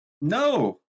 No